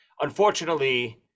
unfortunately